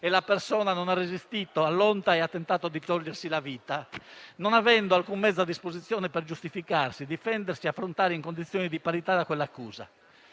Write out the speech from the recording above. e la persona non ha resistito all'onta e ha tentato di togliersi la vita, non avendo alcun mezzo a disposizione per giustificarsi, difendersi e affrontare in condizioni di parità quell'accusa.